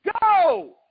go